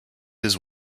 his